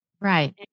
Right